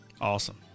Awesome